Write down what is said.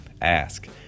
Ask